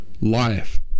life